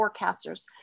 forecasters